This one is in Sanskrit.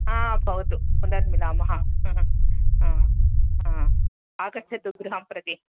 हा भवतु पुनर्मिलामः आगच्छतु गृहं प्रति